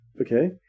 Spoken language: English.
okay